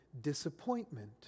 disappointment